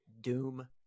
doom